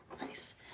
Nice